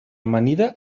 amanida